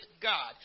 God